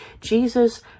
Jesus